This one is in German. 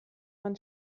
man